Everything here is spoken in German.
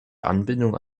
anbindung